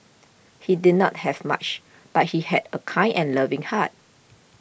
he did not have much but he had a kind and loving heart